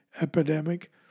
epidemic